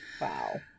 Wow